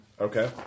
Okay